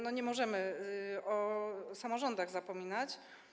Nie możemy o samorządach zapominać.